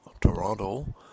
Toronto